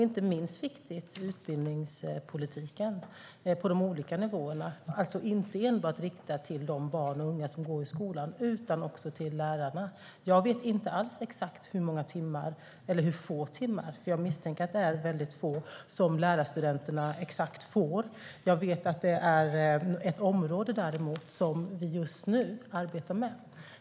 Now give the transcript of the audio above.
Inte minst viktig är utbildningspolitiken på de olika nivåerna, inte enbart riktad till de barn och unga som går i skolan utan också till lärarna. Jag vet inte alls exakt hur många timmar, eller hur få timmar, jag misstänker att det är få timmar, lärarstudenterna får. Det är ett område som vi just nu arbetar med.